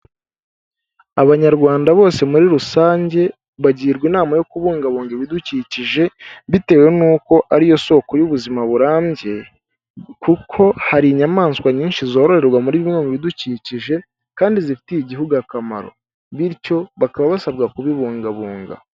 Abanyarwanda bose muri rusange, bagirwa inama yo kubungabunga ibidukikije, bitewe n'uko ari yo soko y'ubuzima burambye, kuko hari inyamaswa nyinshi zororerwa muri bimwe mu bidukikije, kandi zifitiye igihugu akamaro, bityo bakaba basabwa kubibungabunga.